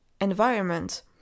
environment